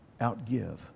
outgive